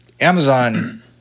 Amazon